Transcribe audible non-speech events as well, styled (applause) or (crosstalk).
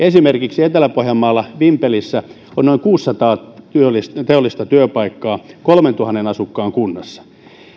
(unintelligible) esimerkiksi etelä pohjanmaalla vimpelissä on noin kuusisataa teollista työpaikkaa kolmeentuhanteen asukkaan kunnassa